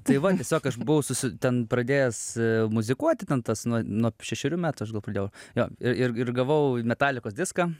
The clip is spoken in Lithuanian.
tai va tiesiog aš buvau susi ten pradėjęs muzikuoti ten tas nuo nuo šešerių metų aš gal pradėjau jo ir ir ir gavau metalikos diską